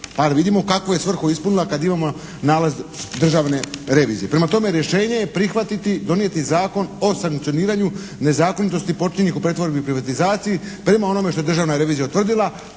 da vidimo kakvu je svrhu ispunila kad imamo nalaz Državne revizije. Prema tome, rješenje je prihvatiti, donijeti Zakon o sankcioniranju nezakonitosti počinjenih u pretvorbi i privatizaciji prema onome što je Državna revizija utvrdila.